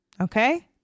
Okay